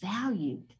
valued